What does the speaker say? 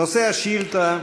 נושא השאילתה: